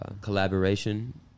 collaboration